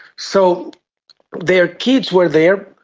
so their kids were there,